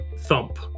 Thump